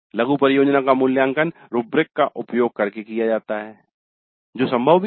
लघु परियोजना का मूल्यांकन रूब्रिक का उपयोग करके किया जाता है जो संभव भी है